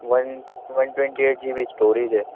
one one twenty eight G B storage ہے